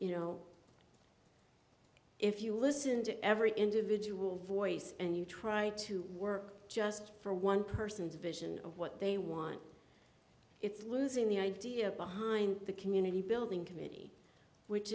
you know if you listen to every individual voice and you try to work just for one person's vision of what they want it's losing the idea behind the community building committee which